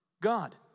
God